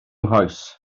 nghoes